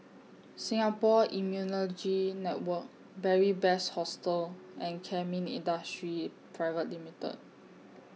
Singapore Immunology Network Beary Best Hostel and Kemin Industries Private Limited